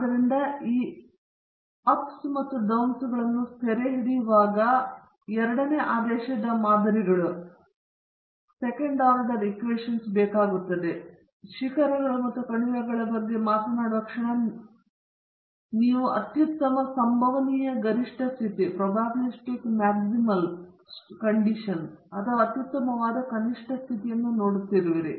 ಆದ್ದರಿಂದ ಈ ಶಿಖರಗಳು ಮತ್ತು ಕಣಿವೆಗಳನ್ನು ಸೆರೆಹಿಡಿಯುವ ಸಲುವಾಗಿ ಎರಡನೇ ಆದೇಶದ ಮಾದರಿಗಳು ಬೇಕಾಗುತ್ತವೆ ಮತ್ತು ನೀವು ಶಿಖರಗಳು ಮತ್ತು ಕಣಿವೆಗಳ ಬಗ್ಗೆ ಮಾತನಾಡುವ ಕ್ಷಣ ನೀವು ಅತ್ಯುತ್ತಮ ಸಂಭವನೀಯ ಗರಿಷ್ಟ ಸ್ಥಿತಿ ಅಥವಾ ಅತ್ಯುತ್ತಮವಾದ ಕನಿಷ್ಠ ಸ್ಥಿತಿಯನ್ನು ನೋಡುತ್ತಿರುವಿರಿ